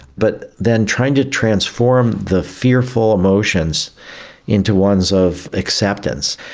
but then trying to transform the fearful emotions into ones of acceptance.